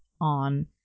on